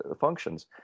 functions